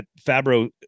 Fabro